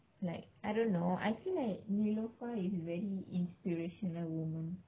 like I don't know I think like neelofa is very inspirational woman